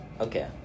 Okay